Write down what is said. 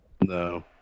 No